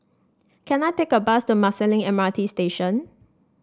can I take a bus to Marsiling M R T Station